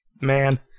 Man